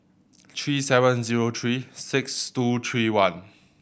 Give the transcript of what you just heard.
three seven zero three six two three one